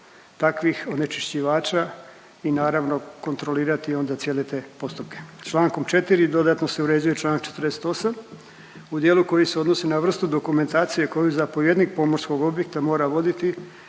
takvih onečišćivača i naravno kontrolirati onda cijele te postupke. Čl. 4 dodatno se uređuje čl. 48 u dijelu koji se odnosi na vrstu dokumentacije koju zapovjednik pomorskog objekta mora voditi